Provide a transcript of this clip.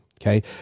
Okay